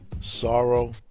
sorrow